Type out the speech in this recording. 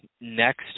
next